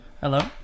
Hello